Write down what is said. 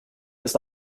ist